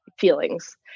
feelings